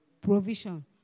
provision